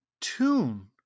tune